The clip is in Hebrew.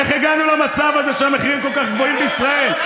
איך הגענו למצב הזה שהמחירים כל כך גבוהים בישראל?